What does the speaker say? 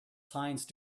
science